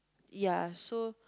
ya so